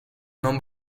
non